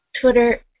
Twitter